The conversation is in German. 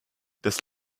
das